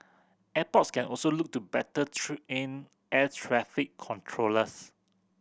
airports can also look to better train traffic controllers